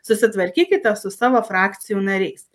susitvarkykite su savo frakcijų nariais